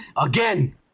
again